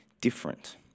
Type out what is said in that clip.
different